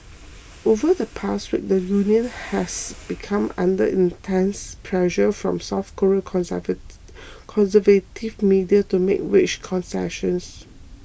over the past week the union has become under intense pressure from South Korean conservative media to make wage concessions